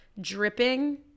dripping